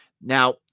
Now